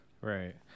right